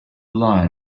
lie